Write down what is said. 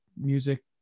music